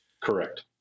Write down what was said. Correct